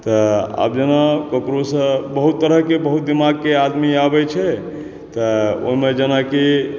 तऽ आब जेना ककरोसँ बहुत तरहके बहुत दिमागके आदमी आबै छै तऽ ओइमे जेना कि